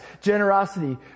generosity